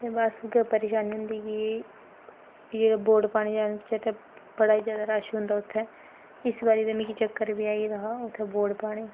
ते बस उ'ऐ परेशानी होंदी कि जेल्लै बोट पाने गी जाच्चै ते बड़ा गै जैदा रश होंदा उत्थै इस बारी ते मिगी चक्कर बी आई दा हा उत्थै बोट पाने गी